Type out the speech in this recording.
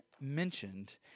mentioned